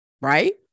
right